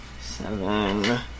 Seven